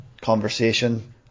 conversation